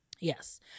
Yes